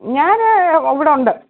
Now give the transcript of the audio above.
ഞാൻ ഇവിടെ ഉണ്ട്